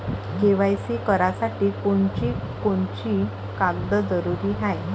KYC करासाठी कोनची कोनची कागद जरुरी हाय?